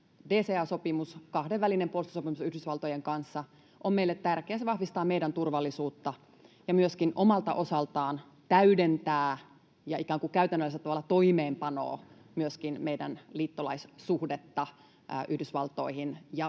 DCA-sopimus, kahdenvälinen puolustussopimus Yhdysvaltojen kanssa, on meille tärkeä. Se vahvistaa meidän turvallisuutta ja myöskin omalta osaltaan täydentää ja ikään kuin käytännöllisellä tavalla toimeenpanee myöskin meidän liittolaissuhdetta Yhdysvaltoihin ja